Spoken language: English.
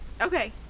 Okay